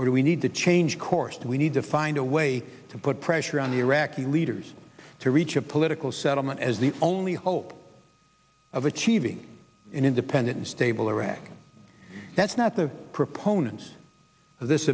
or do we need to change course and we need to find a way to put pressure on the iraqi leaders to reach a political settlement as the only hope of achieving an independent and stable iraq that's not the proponents of this